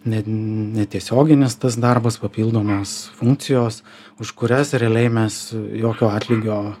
net netiesioginis tas darbas papildomos funkcijos už kurias realiai mes jokio atlygio